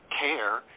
care